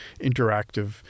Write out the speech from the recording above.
interactive